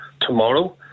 tomorrow